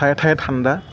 ঠায়ে ঠায়ে ঠাণ্ড